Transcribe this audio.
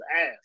ass